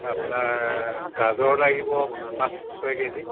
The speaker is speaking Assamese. আপোনাৰ গাজৰ লাগিব পাঁচ ছয় কেজি